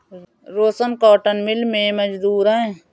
रोशन cotton mill में मजदूर है